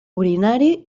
urinari